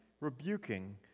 rebuking